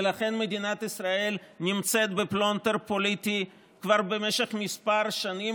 ולכן מדינת ישראל נמצאת בפלונטר פוליטי כבר במשך כמה שנים,